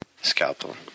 Scalpel